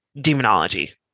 demonology